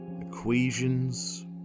Equations